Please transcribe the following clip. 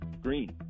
Green